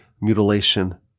mutilation